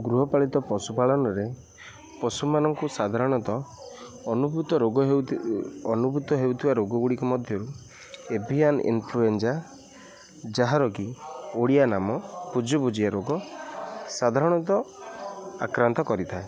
ଗୃହପାଳିତ ପଶୁପାଳନରେ ପଶୁମାନଙ୍କୁ ସାଧାରଣତଃ ଅନୁଭୂତ ରୋଗ ହେଉ ଅନୁଭୂତ ହେଉଥିବା ରୋଗ ଗୁଡ଼ିକ ମଧ୍ୟରୁ ଏଭିଆନ୍ ଇନଫ୍ଲୁଏଞ୍ଜା ଯାହାରକି ଓଡ଼ିଆ ନାମ ବୁଜୁବୁଜିଆ ରୋଗ ସାଧାରଣତଃ ଆକ୍ରାନ୍ତ କରିଥାଏ